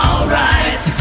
Alright